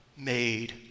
made